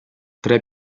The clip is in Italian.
tre